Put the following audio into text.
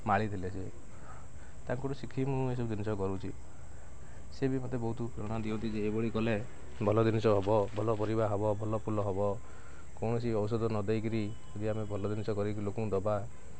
ମାଳି ଥିଲେ ସେ ତାଙ୍କଠୁ ଶିଖିକି ମୁଁ ଏସବୁ ଜିନିଷ କରୁଛି ସେ ବି ମତେ ବହୁତ ପ୍ରେରଣା ଦିଅନ୍ତି ଯେ ଏଇଭଳି କଲେ ଭଲ ଜିନିଷ ହେବ ଭଲ ପରିବା ହବ ଭଲ ଫୁଲ ହେବ କୌଣସି ଔଷଧ ନ ଦେଇକିରି ଯଦି ଆମେ ଭଲ ଜିନିଷ କରିକି ଲୋକଙ୍କୁ ଦେବା